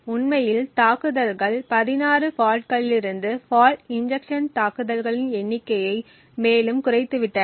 உண்மையில் தாக்குதல்கள் 16 ஃபால்ட்களிலிருந்து ஃபால்ட் இன்ஜெக்ஷன் தாக்குதல்களின் எண்ணிக்கையை மேலும் குறைத்துவிட்டன